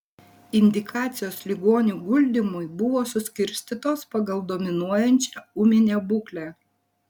indikacijos ligonių guldymui buvo suskirstytos pagal dominuojančią ūminę būklę